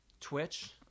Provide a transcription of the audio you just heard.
Twitch